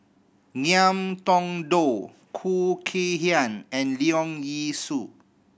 Ngiam Tong Dow Khoo Kay Hian and Leong Yee Soo